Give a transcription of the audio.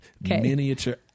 miniature